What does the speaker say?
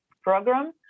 program